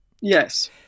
Yes